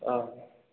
ओ